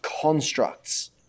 constructs